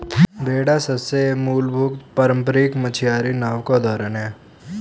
बेड़ा सबसे मूलभूत पारम्परिक मछियारी नाव का उदाहरण है